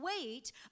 wait